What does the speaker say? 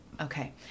Okay